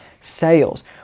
sales